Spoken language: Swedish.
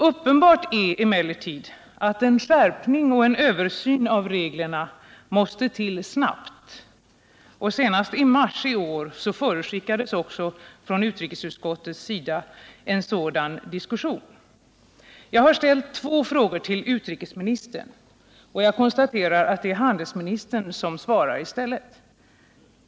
Uppenbart är att en skärpning och en översyn av reglerna skyndsamt måste till. Senast i mars i år förutskickade utrikesutskottets ledamöter att frågan skulle tas upp till diskussion. Jag har ställt två frågor till utrikesministern, och jag konstaterar att det är handelsministern som svarar.